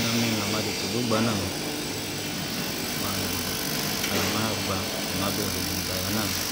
Na mi namah deito ogbagba nah meh, mah, alama ba-gbah, nama-bi hri-zen- zen ayah nah meh,